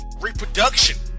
reproduction